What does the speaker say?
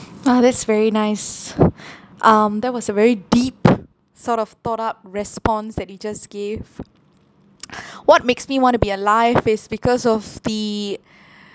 a'ah that's very nice um that was a very deep sort of thought up response that you just gave what makes me want to be alive is because of the